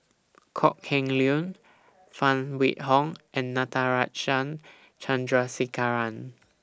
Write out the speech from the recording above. Kok Heng Leun Phan Wait Hong and Natarajan Chandrasekaran